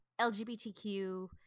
LGBTQ